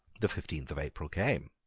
the fifteenth of april came.